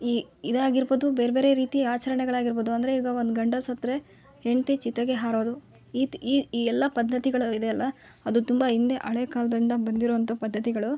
ಈ ಇದಾಗಿರ್ಬೋದು ಬೇರೆ ಬೇರೆ ರೀತಿಯ ಆಚರಣೆಗಳಾಗಿರ್ಬೋದು ಅಂದರೆ ಈಗ ಒಂದು ಗಂಡ ಸತ್ತರೆ ಹೆಂಡತಿ ಚಿತೆಗೆ ಹಾರೋದು ಇತ್ತು ಈ ಈ ಎಲ್ಲ ಪದ್ಧತಿಗಳು ಇದೆ ಅಲ್ಲ ಅದು ತುಂಬ ಹಿಂದೆ ಹಳೆ ಕಾಲದಿಂದ ಬಂದಿರೋವಂಥ ಪದ್ಧತಿಗಳು